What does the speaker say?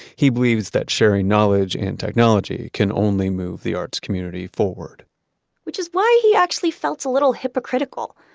he believes that sharing knowledge and technology can only move the arts community forward which is why he actually felt a little hypocritical.